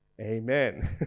Amen